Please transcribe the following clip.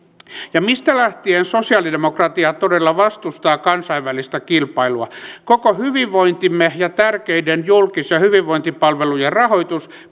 ja mistä lähtien sosiaalidemokratia todella vastustaa kansainvälistä kilpailua koko hyvinvointimme ja tärkeiden julkis ja hyvinvointipalvelujen rahoitus